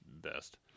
best